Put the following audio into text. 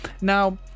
Now